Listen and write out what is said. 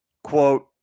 Quote